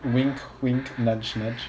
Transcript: wink wink nudge nudge